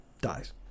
dies